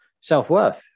self-worth